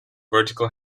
vertical